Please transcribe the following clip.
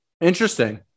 Interesting